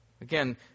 Again